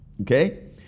Okay